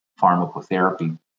pharmacotherapy